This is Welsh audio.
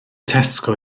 tesco